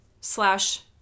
slash